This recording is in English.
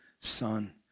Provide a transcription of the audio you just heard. Son